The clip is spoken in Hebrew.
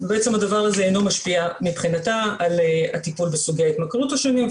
הדבר הזה אינו משפיע מבחינתה על הטיפול בסוגי ההתמכרות השונים,